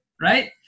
right